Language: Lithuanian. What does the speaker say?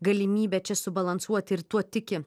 galimybę čia subalansuoti ir tuo tiki